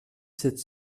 sept